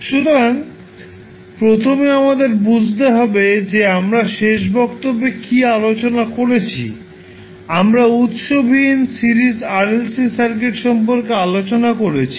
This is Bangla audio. সুতরাং প্রথমে আমাদের বুঝতে হবে যে আমরা শেষ বক্তব্যে কী আলোচনা করেছি আমরা উত্স বিহীন সিরিজ RLC সার্কিট সম্পর্কে আলোচনা করেছি